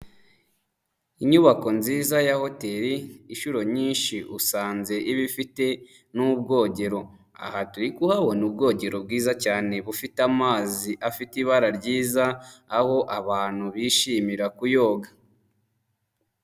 Inyubako nziza ya hoteri inshuro nyinshi usanze iba ifite n'ubwogero. Aha turi kuhabona ubwogero bwiza cyane bufite amazi afite ibara ryiza, aho abantu bishimira kuyoga.